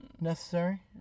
necessary